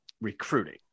recruiting